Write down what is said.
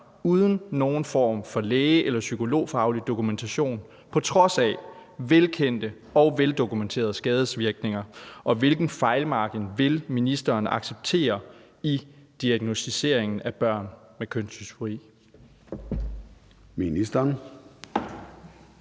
uden nogen form for læge- eller psykologfaglig dokumentation, på trods af velkendte og veldokumenterede skadevirkninger, og hvilken fejlmargin vil ministeren acceptere i diagnosticeringen af børn med kønsdysfori?